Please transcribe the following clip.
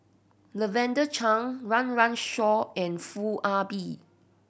Lavender Chang Run Run Shaw and Foo Ah Bee